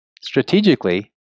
strategically